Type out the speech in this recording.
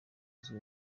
uzwi